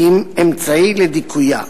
כי אם אמצעי לדיכויה.